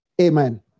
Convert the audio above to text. Amen